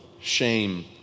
shame